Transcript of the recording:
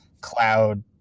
cloud